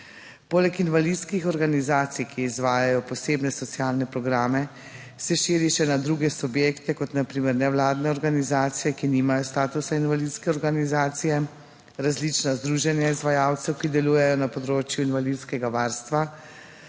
Poleg invalidskih organizacij, ki izvajajo posebne socialne programe, se širi še na druge subjekte kot na primer nevladne organizacije, ki nimajo statusa invalidske organizacije, različna združenja izvajalcev, ki delujejo na področju invalidskega varstva,